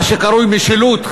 מה שקרוי משילות,